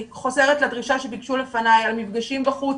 אני חוזרת לדרישה שביקשו לפניי על מפגשים בחוץ.